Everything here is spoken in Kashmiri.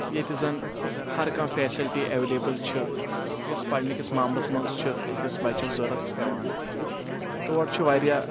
ییٚتہِ زَن ہر کانہہ فیسلٹی اویلبل چھ یۄس پرنہٕ کس ماملس منز چٕھ اکس بچس ضرورت پیوان تور چھ واریاہ